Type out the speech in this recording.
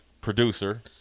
producer